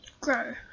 grow